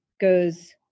goes